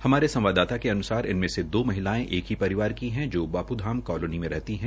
हमारे संवाददता के अन्सार इनमे से दो महिलायें एक ही परिवार की है जो बाप्धाम कालोनी में रहती है